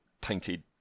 painted